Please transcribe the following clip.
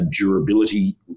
durability